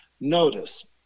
Notice